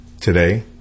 today